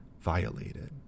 violated